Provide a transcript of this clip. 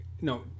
no